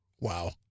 Wow